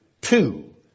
two